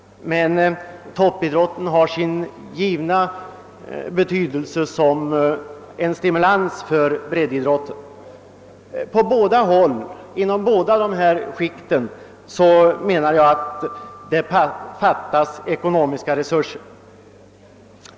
Men toppidrotten har sin givna betydelse som stimulans för breddidrotten. Inom båda dessa delar av idrotten saknas erforderliga ekonomiska resurser.